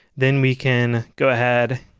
then we can go ahead